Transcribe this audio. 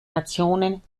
nationen